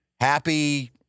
happy